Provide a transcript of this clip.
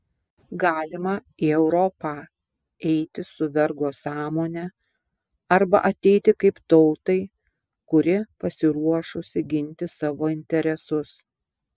galima į europą eiti su vergo sąmone arba ateiti kaip tautai kuri pasiruošusi ginti savo interesus